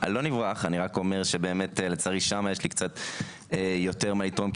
אני רק אומר ששם באמת יש לי יותר מה לתרום,